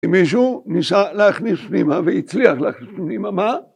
אם מישהו ניסה להכניס פנימה והצליח להכניס פנימה מה?